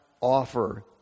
offer